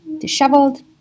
disheveled